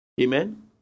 Amen